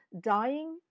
dying